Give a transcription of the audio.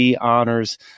honors